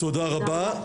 תודה רבה.